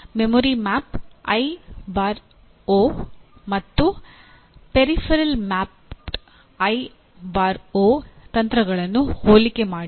memory mapped I O ಮತ್ತು peripheral mapped I O ತಂತ್ರಗಳನ್ನು ಹೋಲಿಕೆ ಮಾಡಿ